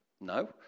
No